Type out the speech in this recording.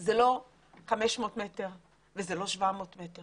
הן לא 500 מטרים והן לא 700 מטרים